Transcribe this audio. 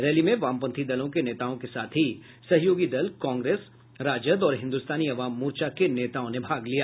rally में वामपंथी दलों के नेताओं के साथ ही सहयोगी दल कांग्रेस राजद और हिन्दुस्तानी अवाम मोर्चा के नेताओं ने भाग लिया